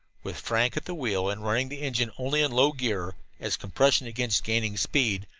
with frank at the wheel, and running the engine only in low gear, as compression against gaining speed,